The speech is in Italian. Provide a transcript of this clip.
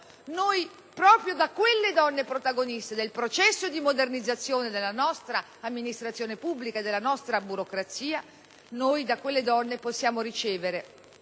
proprio da quelle donne protagoniste del processo di modernizzazione della nostra amministrazione pubblica e della nostra burocrazia possiamo ricevere